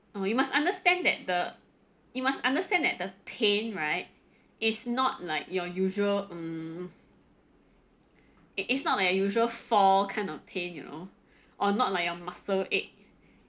oh you must understand that the you must understand that the pain right is not like your usual mm it it's not the usual fall kind of pain you know or not like your muscle ache